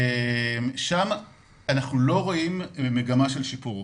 שם אנחנו לא רואים מגמה של שיפור,